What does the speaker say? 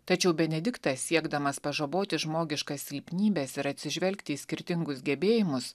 tačiau benediktas siekdamas pažaboti žmogiškas silpnybes ir atsižvelgti į skirtingus gebėjimus